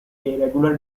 regular